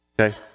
okay